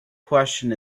question